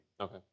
okay